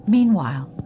Meanwhile